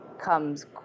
comes